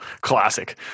classic